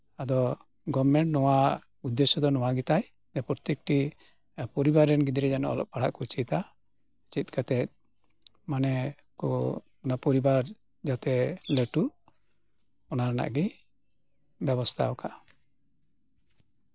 ᱟᱫᱚ ᱜᱚᱵᱷᱢᱮᱱᱴ ᱩᱫᱽᱫᱮᱥᱚ ᱫᱚ ᱱᱚᱣᱟ ᱜᱮᱛᱟᱭ ᱯᱨᱚᱛᱮᱠᱴᱤ ᱯᱚᱨᱤᱵᱟᱨᱨᱮᱱ ᱜᱤᱫᱽᱨᱟᱹ ᱡᱮᱱᱚ ᱚᱞᱚᱜ ᱯᱟᱲᱦᱟᱜ ᱠᱚ ᱪᱮᱫᱟ ᱪᱮᱫ ᱠᱟᱛᱮᱜ ᱚᱱᱟ ᱯᱚᱨᱤᱵᱟᱨ ᱛᱮ ᱞᱟᱹᱴᱩ ᱚᱱᱟ ᱨᱮᱱᱟᱜ ᱜᱮ ᱵᱮᱵᱚᱥᱛᱷᱟ ᱠᱟᱜᱼᱟ